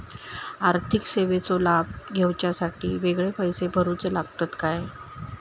आर्थिक सेवेंचो लाभ घेवच्यासाठी वेगळे पैसे भरुचे लागतत काय?